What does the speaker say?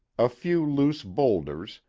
a few loose bowlders,